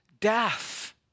death